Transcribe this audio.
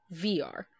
vr